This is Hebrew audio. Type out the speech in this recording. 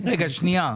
בבקשה.